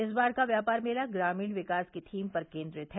इस बार का व्यापार मेला ग्रामीण विकास की थीम पर केन्द्रित है